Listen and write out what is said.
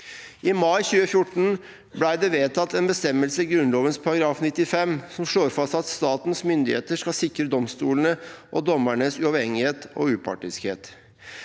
I mai 2014 ble det vedtatt en bestemmelse i Grunnloven § 95 som slår fast at «Statens myndigheter skal sikre domstolenes og dommernes uavhengighet og upartiskhet».